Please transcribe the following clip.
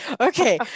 Okay